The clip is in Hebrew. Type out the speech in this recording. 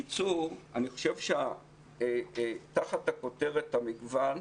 אני חושב שתחת הכותרת "המגוון",